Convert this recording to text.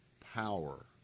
power